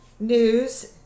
news